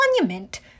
Monument